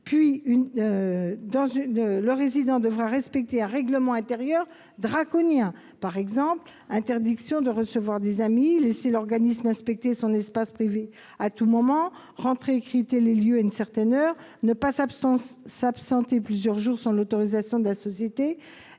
lieux. Le résident devra respecter un règlement intérieur draconien. Par exemple, il lui est interdit de recevoir des amis, il doit laisser l'organisme inspecter son espace privé à tout moment, rentrer et quitter les lieux à une certaine heure, et ne pas s'absenter plusieurs jours sans l'autorisation de cette société